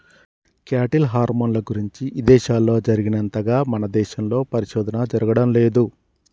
cattle హార్మోన్ల గురించి ఇదేశాల్లో జరిగినంతగా మన దేశంలో పరిశోధన జరగడం లేదు